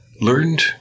learned